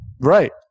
Right